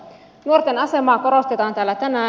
nuorten asemaa korostetaan täällä tänään